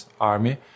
army